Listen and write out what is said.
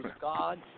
God